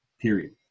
Period